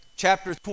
Chapter